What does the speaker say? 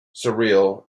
surreal